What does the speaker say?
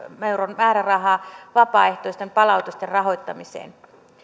euron määräraha vapaaehtoisten palautusten rahoittamiseen